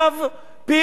פתאום?